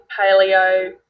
paleo